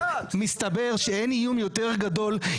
מסתבר שאין איום יותר גדול,